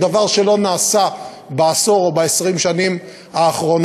דבר שלא נעשה בעשור או ב-20 השנים האחרונות.